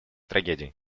трагедий